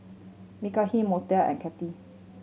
Mekhi Montel and Katy